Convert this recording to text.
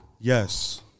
Yes